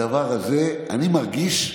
הדבר הזה, אני מרגיש,